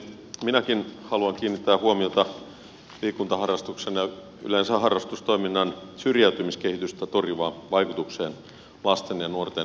minäkin haluan kiinnittää huomiota liikuntaharrastuksen ja yleensä harrastustoiminnan syrjäytymiskehitystä torjuvaan vaikutukseen lasten ja nuorten elämässä